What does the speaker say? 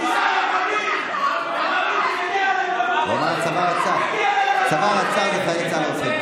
"הצבא רצח" זה "חיילי צה"ל רוצחים".